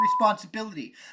responsibility